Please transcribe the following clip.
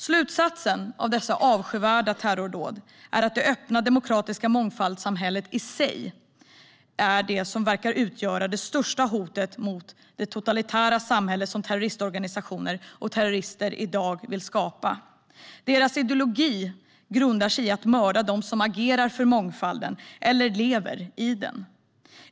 Slutsatsen av dessa avskyvärda terrordåd är att det är det öppna, demokratiska mångfaldssamhället i sig som verkar utgöra det största hotet mot det totalitära samhälle som terroristorganisationer och terrorister i dag vill skapa. Deras ideologi grundar sig i att mörda dem som agerar för mångfalden eller lever i den.